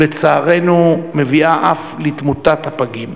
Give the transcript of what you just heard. שלצערנו מביאה אף לתמותת הפגים.